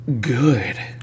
good